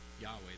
Yahweh